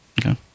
Okay